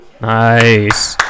Nice